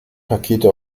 pakete